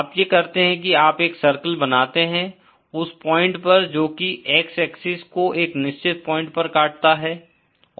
आप ये करते हैं की आप एक सर्किल बनाते हैं उस पॉइंट पर जो की x एक्सिस को एक निश्चित पॉइंट पर काटता है